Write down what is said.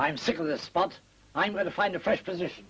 i'm sick of the spot i'm going to find a fresh position